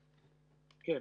כן.